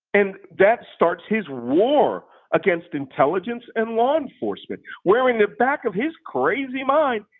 and that starts his war against intelligence and law enforcement, where in the back of his crazy mind,